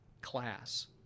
class